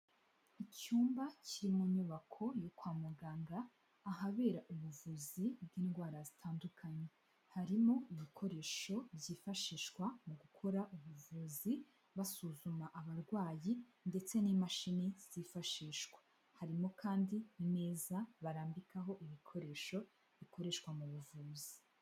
Icyumba kiri mu nyubako yo kwa muganga ahabera ubuvuzi bw'indwara zitandukanye, harimo ibikoresho byifashishwa mu gukora ubuvuzi basuzuma abarwayi ndetse n'imashini zifashishwa, harimo kandi imeza barambikaho ibikoresho bikoreshwa mu buvuzi.